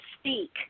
speak